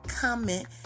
comment